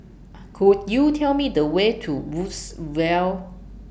Could YOU Tell Me The Way to Woodsville